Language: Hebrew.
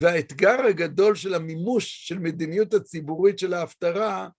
והאתגר הגדול של המימוש של מדיניות הציבורית של ההפטרה